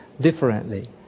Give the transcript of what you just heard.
differently